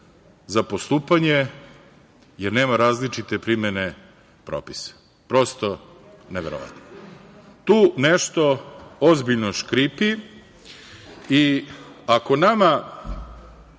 za postupanje jer nema različite primene propisa. Prosto neverovatno. Tu nešto ozbiljno škripi. Ako nama